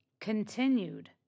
continued